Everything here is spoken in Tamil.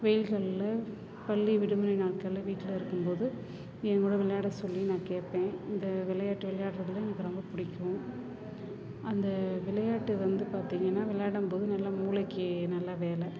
வெயில்களில் பள்ளி விடுமுறை நாட்களில் வீட்டில் இருக்கும்போது என் கூட விளையாட சொல்லி நான் கேட்பேன் இந்த விளையாட்டு விளையாடுறதுல எனக்கு ரொம்ப பிடிக்கும் அந்த விளையாட்டு வந்து பார்த்திங்கன்னா விளையாடும் போது நல்லா மூளைக்கு நல்ல வேலை